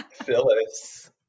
Phyllis